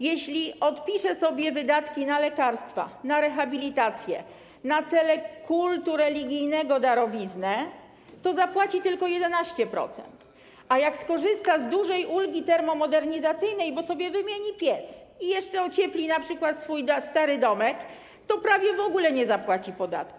Jeśli odpisze on sobie wydatki na lekarstwa, na rehabilitację, darowiznę na cele kultu religijnego, to zapłaci tylko 11%, a jak skorzysta z dużej ulgi termomodernizacyjnej, bo sobie wymieni piec i jeszcze ociepli np. swój stary domek, to prawie w ogóle nie zapłaci podatku.